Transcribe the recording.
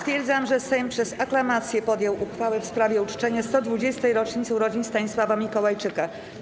Stwierdzam, że Sejm przez aklamację podjął uchwałę w sprawie uczczenia 120. rocznicy urodzin Stanisława Mikołajczyka.